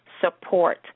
support